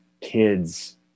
kids